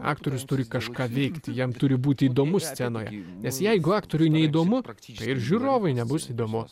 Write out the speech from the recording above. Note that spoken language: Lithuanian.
aktorius turi kažką veikti jam turi būti įdomu scenoje nes jeigu aktoriui neįdomu tai ir žiūrovui nebus įdomus